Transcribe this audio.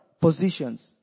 positions